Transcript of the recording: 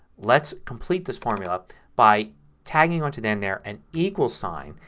let's complete this formula by tagging onto the end there an equals sign.